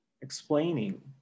explaining